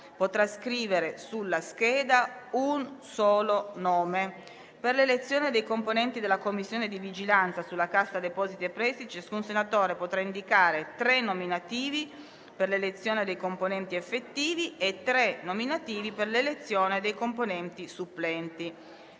potrà scrivere sulla scheda un solo nome. Per l'elezione dei componenti della Commissione di vigilanza sulla Cassa depositi e prestiti, ciascun senatore potrà indicare tre nominativi per l'elezione dei componenti effettivi e tre nominativi per l'elezione dei componenti supplenti.